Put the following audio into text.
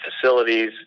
facilities